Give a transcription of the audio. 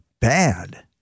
bad